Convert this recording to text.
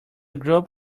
group